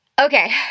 Okay